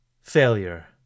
failure